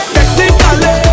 Technically